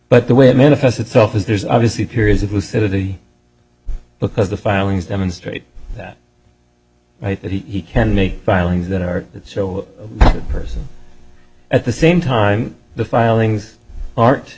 but the way it manifests itself is there's obviously periods of lucidity because the filings demonstrate that right that he can make filings that are that sole person at the same time the filings art